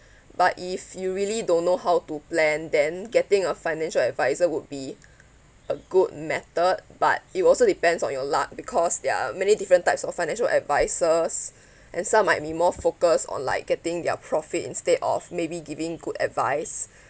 but if you really don't know how to plan then getting a financial adviser would be a good method but it also depends on your luck because there are many different types of financial advisers and some might be more focused on like getting their profit instead of maybe giving good advice